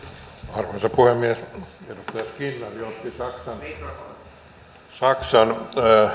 arvoisa puhemies edustaja skinnari otti esille saksan